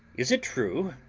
is it true,